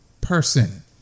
person